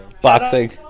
Boxing